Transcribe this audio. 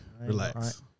Relax